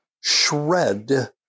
shred